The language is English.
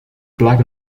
black